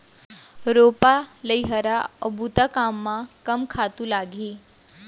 रोपा, लइहरा अऊ बुता कामा कम खातू लागही?